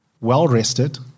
well-rested